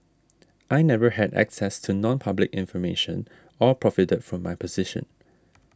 I never had access to nonpublic information or profited from my position